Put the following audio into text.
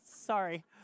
Sorry